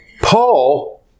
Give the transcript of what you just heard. Paul